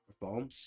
Bomb